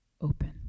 open